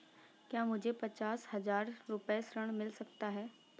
क्या मुझे पचास हजार रूपए ऋण मिल सकता है?